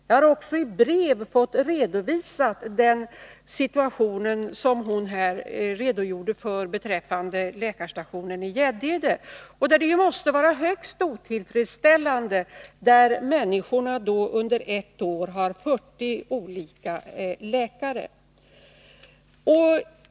Jag har också i brev fått redovisat den situation som hon redogjorde för beträffande läkarstationen i Gäddede. Det måste vara högst otillfredsställande att människorna där under ett år har haft 40 olika läkare.